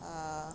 ah